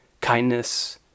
kindness